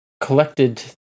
collected